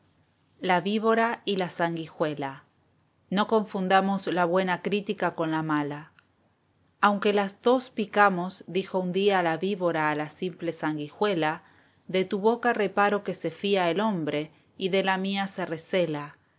la víbora y la sanguijuela no confundamos la buena crítica con la mala aunque las dos picamos dijo un día la víbora a la simple sanguijuela de tu boca reparo que se fía el hombre y de la mía se recela